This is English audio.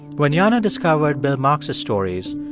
when jana discovered bill marx's stories,